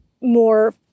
more